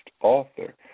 author